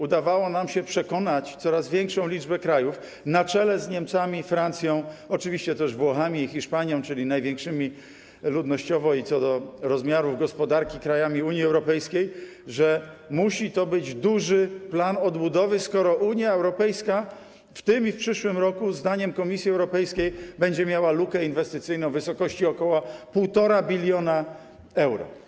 Udawało nam się przekonać coraz większą liczbę krajów, na czele z Niemcami, Francją, oczywiście też Włochami i Hiszpanią, czyli największymi ludnościowo i co do rozmiarów gospodarki krajami Unii Europejskiej, że musi to być duży plan odbudowy, skoro Unia Europejska w tym i przyszłym roku zdaniem Komisji Europejskiej będzie miała lukę inwestycyjną w wysokości ok. 1,5 bln euro.